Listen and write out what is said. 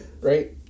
Right